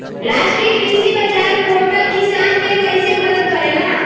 राष्ट्रीय कृषि बाजार पोर्टल किसान के कइसे मदद करेला?